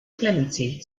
clemency